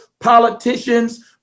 politicians